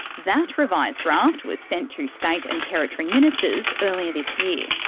that revised draft was sent to state and territory ministers earlier this year.